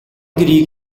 гэрийг